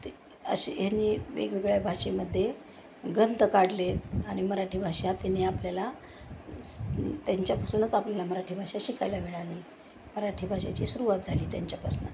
ते असे ह्यांनी वेगवेगळ्या भाषेमध्ये ग्रंथ काढले आहेत आणि मराठी भाषा त्यांनी आपल्याला स् त्यांच्यापासूनच आपल्याला मराठी भाषा शिकायला मिळाली मराठी भाषेची सुरुवात झाली त्यांच्यापासनं